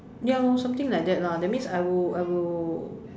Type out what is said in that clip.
ya lor something like that lah that means I will I will